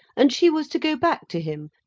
and she was to go back to him,